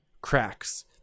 cracks